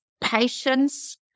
patience